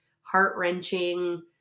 heart-wrenching